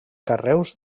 carreus